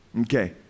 Okay